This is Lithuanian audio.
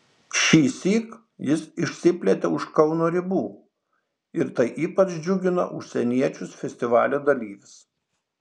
šįsyk jis išsiplėtė už kauno ribų ir tai ypač džiugino užsieniečius festivalio dalyvius